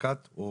בהעסקת או